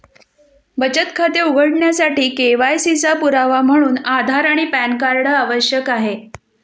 बचत खाते उघडण्यासाठी के.वाय.सी चा पुरावा म्हणून आधार आणि पॅन कार्ड आवश्यक आहे